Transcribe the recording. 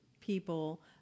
people